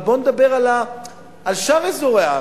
אבל בוא נדבר על שאר אזורי הארץ,